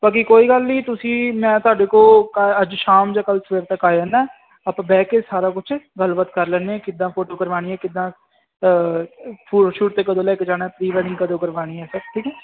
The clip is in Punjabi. ਬਾਕੀ ਕੋਈ ਗੱਲ ਨਹੀਂ ਤੁਸੀਂ ਮੈਂ ਤੁਹਾਡੇ ਕੋਲ ਕੁ ਅੱਜ ਸ਼ਾਮ ਜਾਂ ਕੱਲ੍ਹ ਸਵੇਰ ਤੱਕ ਆ ਜਾਂਦਾ ਆਪਾਂ ਬਹਿ ਕੇ ਸਾਰਾ ਕੁਛ ਗੱਲਬਾਤ ਕਰ ਲੈਂਦੇ ਹਾਂ ਕਿੱਦਾਂ ਫੋਟੋ ਕਰਵਾਉਣੀ ਹੈ ਕਿੱਦਾਂ ਫੋਹੋਸ਼ੂਟ ਅਤੇ ਕਦੋਂ ਲੈ ਕੇ ਜਾਣਾ ਪ੍ਰੀ ਵੈਡਿੰਗ ਕਦੋਂ ਕਰਵਾਉਣੀ ਹੈ ਸਰ ਠੀਕ ਹੈ